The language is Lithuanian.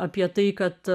apie tai kad